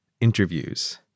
interviews